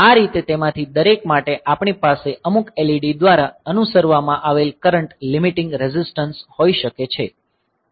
આ રીતે તેમાંથી દરેક માટે આપણી પાસે અમુક LED દ્વારા અનુસરવામાં આવેલ કરંટ લિમિટિંગ રેઝિસ્ટન્સ હોઈ શકે છે